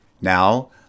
Now